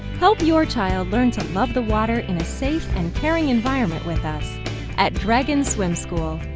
help your child learn to love the water in a safe and caring environment with us at dragon swim school.